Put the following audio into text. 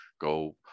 go